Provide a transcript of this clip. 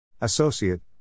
Associate